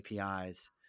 APIs